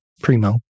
Primo